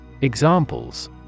Examples